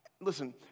Listen